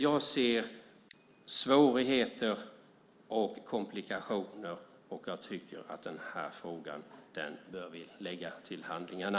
Jag ser svårigheter och komplikationer, och jag tycker att vi bör lägga den här frågan till handlingarna.